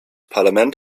parlament